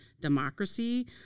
democracy